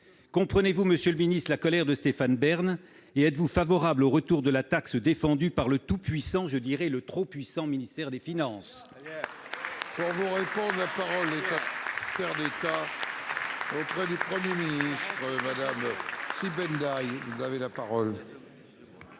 Comprenez-vous, madame la secrétaire d'État, la colère de Stéphane Bern ? Êtes-vous favorable au retour de la taxe défendue par le tout-puissant, je dirais même le trop puissant, ministère des finances ?